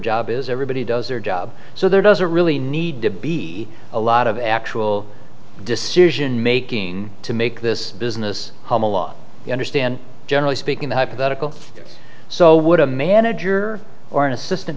job is everybody does their job so there doesn't really need to be a lot of actual decision making to make this business home a lot you understand generally speaking the hypothetical so would a manager or an assistant